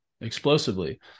explosively